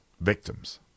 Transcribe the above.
victims